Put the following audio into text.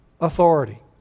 authority